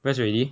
press already